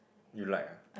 you like ah